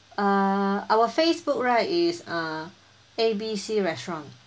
uh our facebook right is uh A B C restaurant